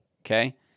okay